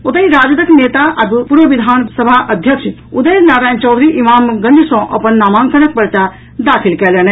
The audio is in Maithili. ओतहि राजद नेता आ पूर्व विधानसभा अध्यक्ष उदय नारायण चौधरी इमामगंज सॅ अपन नामांकनक पर्चा दाखिल कयलनि